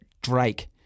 Drake